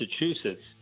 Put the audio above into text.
Massachusetts